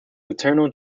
eternal